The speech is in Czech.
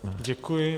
Děkuji.